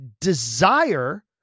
desire